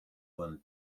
won